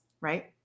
right